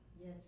Yes